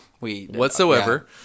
whatsoever